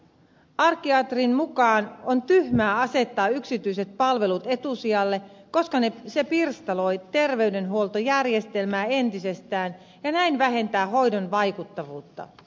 arkkiatrin mukaan on tyhmää asettaa yksityiset palvelut etusijalle koska se pirstaloi terveydenhuoltojärjestelmää entisestään ja näin vähentää hoidon vaikuttavuutta